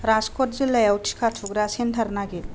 राजक'ट जिल्लायाव टिका थुग्रा सेन्टार नागिर